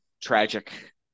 tragic